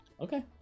Okay